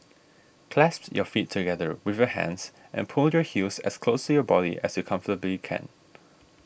clasp your feet together with your hands and pull your heels as close your body as you comfortably can